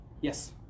Yes